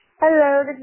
Hello